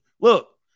Look